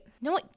no